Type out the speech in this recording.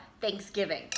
Thanksgiving